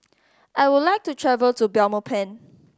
I would like to travel to Belmopan